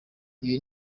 ibi